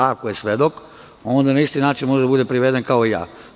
Ako je svedok, onda na isti način može da bude priveden kao ja.